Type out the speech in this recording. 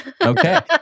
Okay